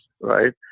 right